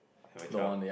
have a child